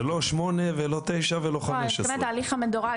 זה לא שמונה ולא תשע ולא 15. אני מתכוונת התהליך המדורג,